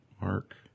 Mark